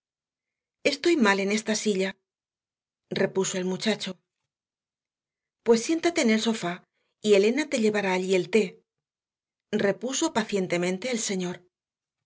estoy mal en esta silla repuso el muchacho pues siéntate en el sofá y elena te llevará allí el té repuso pacientemente el señor